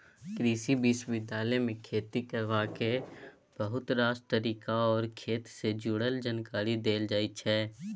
कृषि विश्वविद्यालय मे खेती करबाक बहुत रास तरीका आर खेत सँ जुरल जानकारी देल जाइ छै